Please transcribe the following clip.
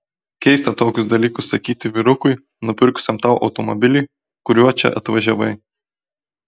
keista tokius dalykus sakyti vyrukui nupirkusiam tau automobilį kuriuo čia atvažiavai